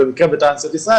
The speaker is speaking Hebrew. במקרה ב"טרנסיות ישראל",